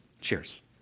Cheers